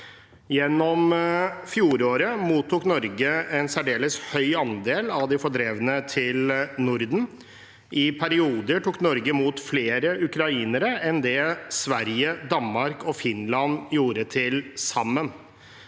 Gjennom fjoråret mottok Norge en særdeles høy andel av de fordrevne til Norden. I perioder tok Norge imot flere ukrainere enn det Sverige, Danmark og Finland gjorde til sammen.